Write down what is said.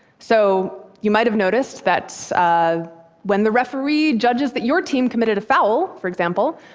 so you might have noticed that when the referee judges that your team committed a foul, for example,